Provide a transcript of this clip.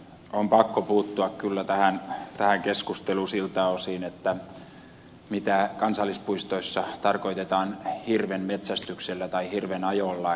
on kyllä pakko puuttua tähän keskusteluun siltä osin mitä kansallispuistoissa tarkoitetaan hirvenmetsästyksellä tai hirvenajolla